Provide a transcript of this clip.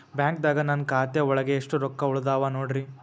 ಬ್ಯಾಂಕ್ದಾಗ ನನ್ ಖಾತೆ ಒಳಗೆ ಎಷ್ಟ್ ರೊಕ್ಕ ಉಳದಾವ ನೋಡ್ರಿ?